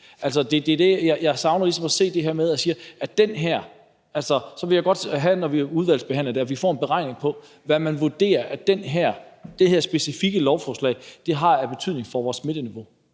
Jeg savner ligesom her at se en beregning. Jeg vil godt have, når vi udvalgsbehandler det her, at vi får en beregning på, hvad man vurderer at det her specifikke lovforslag har af betydning for vores smitteniveau.